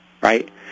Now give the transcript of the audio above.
right